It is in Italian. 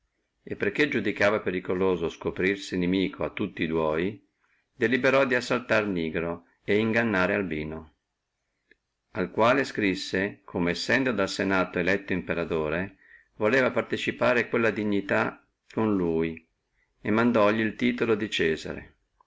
e perché iudicava periculoso scoprirsi inimico a tutti e dua deliberò di assaltare nigro et ingannare albino al quale scrisse come sendo dal senato eletto imperatore voleva partecipare quella dignità con lui e mandolli el titulo di cesare